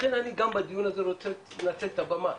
לכן, אני בדיון הזה אני גם רוצה לנצל את הבמה,